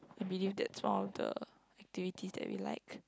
I believe that's one of the activity that we like